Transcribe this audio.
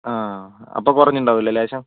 ആഹ് അപ്പോൾ കുറഞ്ഞിട്ടുണ്ടാവില്ലെ ലേശം